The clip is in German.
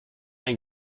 ein